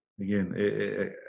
Again